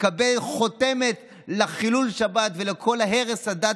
לקבל חותמת לחילול השבת ולכל הרס הדת